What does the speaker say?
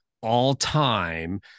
all-time